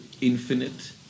infinite